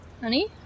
Honey